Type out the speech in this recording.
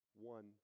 one